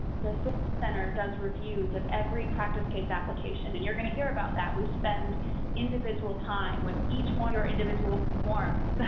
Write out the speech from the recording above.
the soar center does reviews of every practice case application, and you're gonna hear about that, we spend individual time with each one of your individual forms.